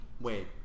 Wait